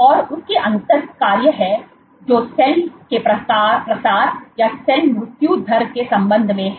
और इसके अंतर कार्य है जो सेल के प्रसार या सेल मृत्यु दर के संबंध में है